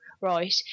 right